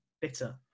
bitter